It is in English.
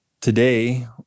today